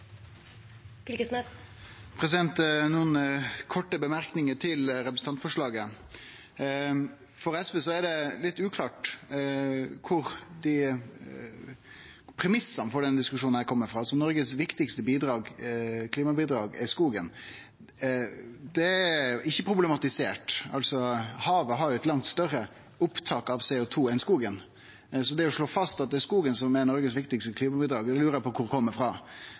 korte kommentarar til representantforslaget: For SV er det litt uklart kvar premissane for denne diskusjonen kjem frå, at Noregs viktigaste klimabidrag er skogen. Det er ikkje problematisert. Havet har eit langt større opptak av CO 2 enn skogen. Så det å slå fast at det er skogen som er Noregs viktigaste klimabidrag, lurer eg på